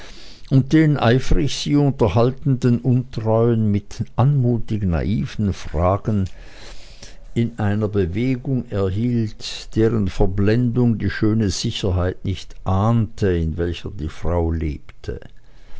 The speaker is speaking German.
und den eifrig sie unterhaltenden untreuen mit anmutig naiven fragen in einer bewegung erhielt deren verblendung die schöne sicherheit nicht ahnte in welcher die frau lebte